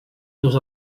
los